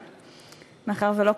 יש לך אחריות.